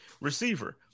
receiver